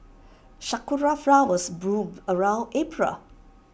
Sakura Flowers bloom around April